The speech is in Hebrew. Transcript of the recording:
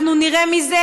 אנחנו נראה מזה,